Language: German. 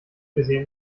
gesehen